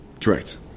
Correct